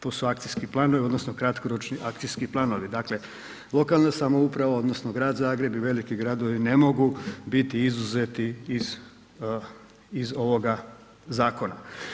To su akcijski planovi, odnosno kratkoročni akcijski planovi, dakle, lokalna samouprava odnosno Grad Zagreb i veliki gradovi ne mogu biti izuzeti iz ovoga zakona.